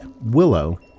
willow